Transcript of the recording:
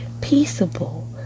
peaceable